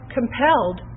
compelled